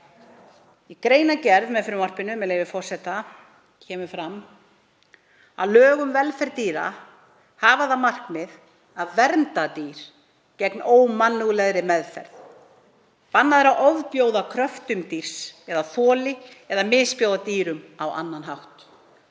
Í greinargerð með frumvarpinu kemur fram að lög um velferð dýra hafa það að markmiði að vernda dýr gegn ómannúðlegri meðferð. Bannað er að ofbjóða kröftum dýrs eða þoli eða misbjóða dýrum á annan hátt.